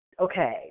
okay